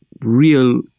real